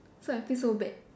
so I feel so bad